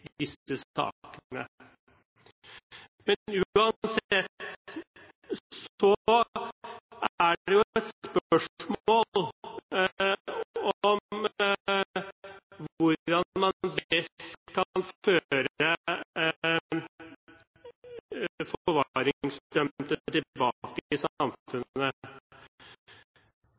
i disse sakene. Men uansett er det jo et spørsmål om hvordan man best kan føre forvaringsdømte tilbake